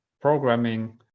programming